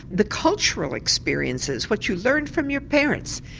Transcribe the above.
the cultural experiences, what you learned from your parents.